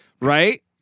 Right